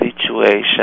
situation